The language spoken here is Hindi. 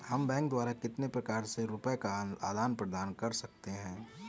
हम बैंक द्वारा कितने प्रकार से रुपये का आदान प्रदान कर सकते हैं?